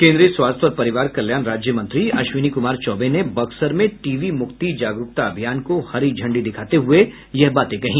केन्द्रीय स्वास्थ्य और परिवार कल्याण राज्य मंत्री अश्विनी कुमार चौबे ने बक्सर में टीबी मुक्ति जागरूकता अभियान को हरी झंडी दिखाते हुये यह बातें कही